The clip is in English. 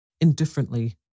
indifferently